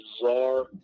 bizarre